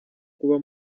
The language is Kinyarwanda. kuba